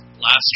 last